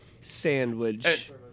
sandwich